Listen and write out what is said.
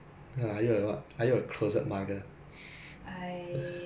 it's not like I will study every single day I still got play